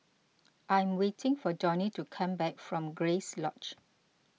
I'm waiting for Donny to come back from Grace Lodge